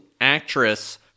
actress